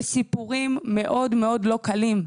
וסיפורים מאוד לא קלים.